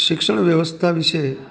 શિક્ષણ વ્યવસ્થા વિષે